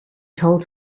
told